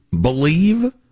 believe